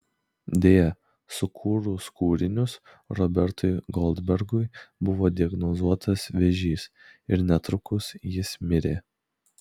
deja sukūrus kūrinius robertui goldbergui buvo diagnozuotas vėžys ir netrukus jis mirė